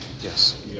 yes